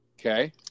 Okay